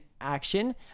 action